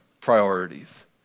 priorities